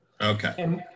Okay